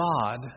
God